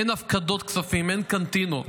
אין הפקדות כספים, אין קנטינות.